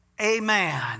amen